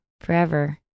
forever